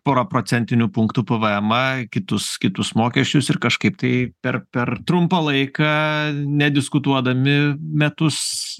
pora procentinių punktų pvmą kitus kitus mokesčius ir kažkaip tai per per trumpą laiką nediskutuodami metus